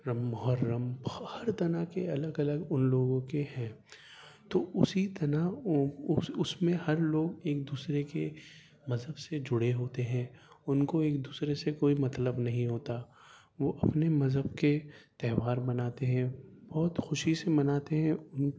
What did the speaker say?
محرم ہر طرح کے الگ الگ ان لوگوں کے ہیں تو اسی طرح اس اس میں ہر لوگ ایک دوسرے کے مذہب سے جڑے ہوتے ہیں ان کو ایک دوسرے سے کوئی مطلب نہیں ہوتا وہ اپنے مذہب کے تہوار مناتے ہیں بہت خوشی سے مناتے ہیں